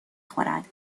خورد